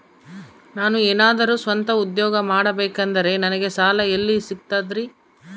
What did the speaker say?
ನಾನು ಏನಾದರೂ ಸ್ವಂತ ಉದ್ಯೋಗ ಮಾಡಬೇಕಂದರೆ ನನಗ ಸಾಲ ಎಲ್ಲಿ ಸಿಗ್ತದರಿ?